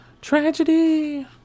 Tragedy